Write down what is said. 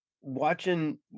watching